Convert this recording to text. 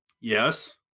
Yes